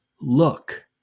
look